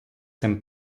цим